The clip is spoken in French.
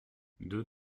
deux